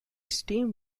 steamed